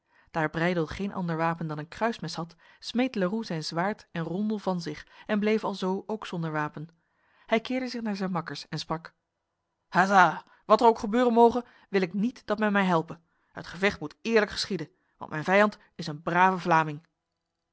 daar breydel geen ander wapen dan een kruismes had smeet leroux zijn zwaard en rondel van zich en bleef alzo ook zonder wapen hij keerde zich naar zijn makkers en sprak ha sa wat er ook gebeuren moge wil ik niet dat men mij helpe het gevecht moet eerlijk geschieden want mijn vijand is een brave vlaming